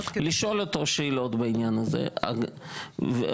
-- לשאול אותו שאלות בעניין הזה וכן